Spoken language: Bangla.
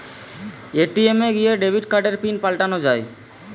এ.টি.এম এ গিয়ে ডেবিট কার্ডের পিন পাল্টানো যায়